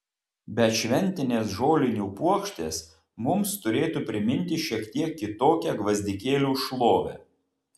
bet šventinės žolinių puokštės mums ir turėtų priminti šiek tiek kitokią gvazdikėlių šlovę